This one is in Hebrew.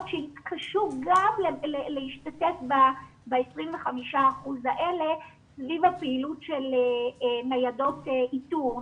שיתקשו גם להשתתף ב-25% האלה סביב הפעילות של ניידות איתור,